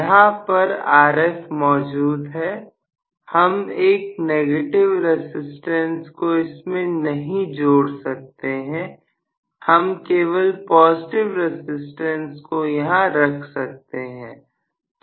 यहां पर Rf मौजूद है हम एक नेगेटिव रसिस्टेंस को इसमें नहीं जुड़ सकते हम केवल पॉजिटिव रसिस्टेंस को यहां रख सकते हैं